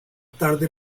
tarde